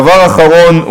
דבר אחרון,